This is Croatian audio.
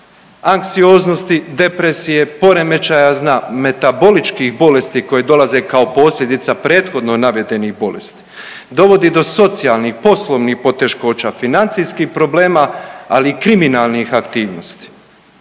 anksioznosti, depresije, poremećaja metaboličkih bolesti koje dolaze kao posljedica prethodno navedenih bolesti, dovodi do socijalnih, poslovnih poteškoća, financijskih problema, ali i kriminalnih aktivnosti.